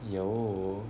有